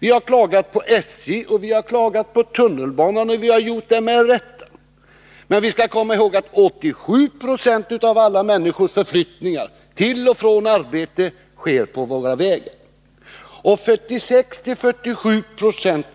Vi har klagat på SJ och på tunnelbanan, och vi har gjort det med rätta. Men vi skall komma ihåg att 87 Yo av alla människors förflyttningar till och från arbetet sker på våra vägar, liksom 46-47 96